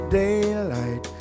daylight